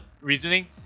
reasoning